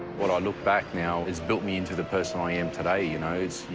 when i look back now, it's built me into the person i am today, you know,